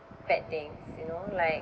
bad things you know like